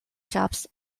shops